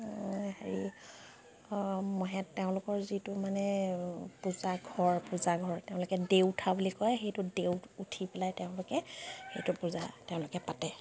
হেৰি তেওঁলোকৰ যিটো মানে পূজাঘৰ পূজাঘৰ তেওঁলোকে দেও উঠা বুলি কয় সেইটো দেওত উঠি পেলাই তেওঁলোকে সেইটো পূজা তেওঁলোকে পাতে